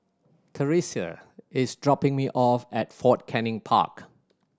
Theresia is dropping me off at Fort Canning Park